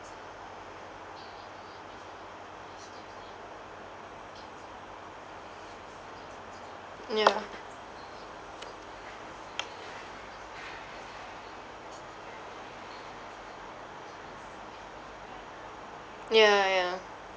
ya ya ya